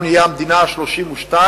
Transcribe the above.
אנחנו נהיה המדינה ה-32,